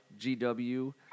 GW